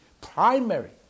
primary